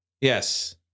Yes